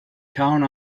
count